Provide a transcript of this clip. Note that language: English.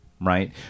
right